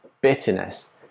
bitterness